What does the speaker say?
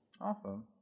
awesome